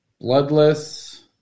Bloodless